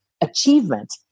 achievement